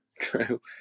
true